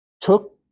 took